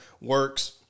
works